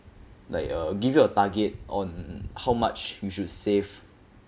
like uh give you a target on how much you should save